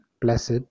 blessed